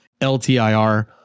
LTIR